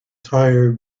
tire